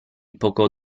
poco